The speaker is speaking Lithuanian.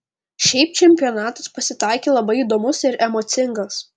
šiaip čempionatas pasitaikė labai įdomus ir emocingas